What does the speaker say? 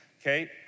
Okay